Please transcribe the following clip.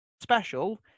special